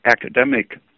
academic